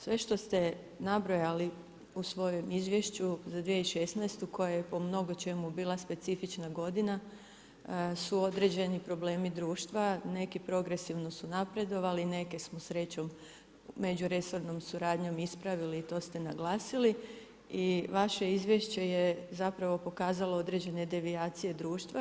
Sve što ste nabrojali u svojem Izvješću za 2016. koja je po mnogo čemu bila specifična godina su određeni problemi društva, neki progresivno su napredovali, neke smo srećom međuresornom suradnjom ispravili i to ste naglasili i vaše izvješće je zapravo pokazalo određene devijacije društva.